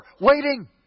waiting